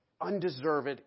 undeserved